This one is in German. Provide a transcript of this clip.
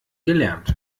gelernt